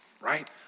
right